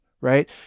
right